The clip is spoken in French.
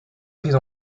prise